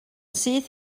syth